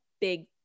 big